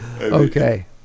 Okay